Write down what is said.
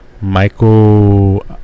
Michael